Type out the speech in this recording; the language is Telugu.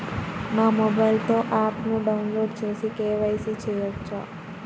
నా మొబైల్లో ఆప్ను డౌన్లోడ్ చేసి కే.వై.సి చేయచ్చా?